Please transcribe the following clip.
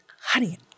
honey